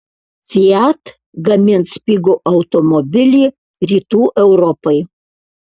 fiat gamins pigų automobilį rytų europai